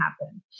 happen